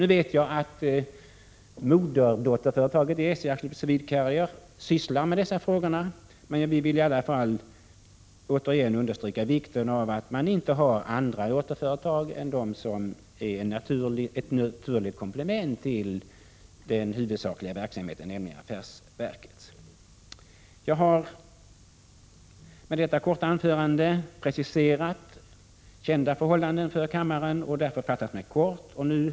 Nu vet jag att dotterföretaget i SJ, AB Swedcarrier, sysslar med dessa frågor, men vi vill i alla fall åter understryka vikten av att man inte har andra dotterföretag än dem som är ett naturligt komplement till affärsverkets huvudsakliga verksamhet. Jag har med detta anförande preciserat kända förhållanden för kammaren och därför fattat mig kort.